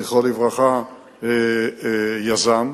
זכרו לברכה, יזם.